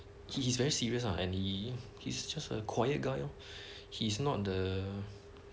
he is very serious ah and he he's just a quiet guy ah he is not the